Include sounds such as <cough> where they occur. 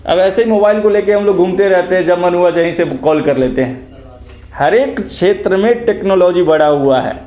अब ऐसे मोबाइल को ले कर हम लोग घूमते रहते हैं जब मन हुआ <unintelligible> से कॉल कर लेते हैं हर एक क्षेत्र में टेक्नोलॉजी बढ़ी हुई है